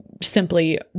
simply